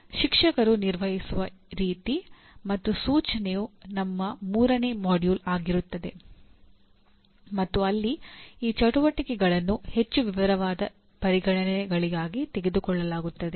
ಶಿಕ್ಷಕರು ನಿರ್ವಹಿಸುವ ರೀತಿ ಮತ್ತು ಸೂಚನೆಯು ನಮ್ಮ ಮೂರನೇ ಮಾಡ್ಯೂಲ್ ಆಗಿರುತ್ತದೆ ಮತ್ತು ಅಲ್ಲಿ ಈ ಚಟುವಟಿಕೆಗಳನ್ನು ಹೆಚ್ಚು ವಿವರವಾದ ಪರಿಗಣನೆಗಳಿಗಾಗಿ ತೆಗೆದುಕೊಳ್ಳಲಾಗುತ್ತದೆ